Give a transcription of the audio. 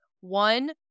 one